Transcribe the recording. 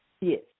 Yes